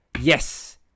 Yes